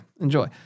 Enjoy